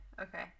Okay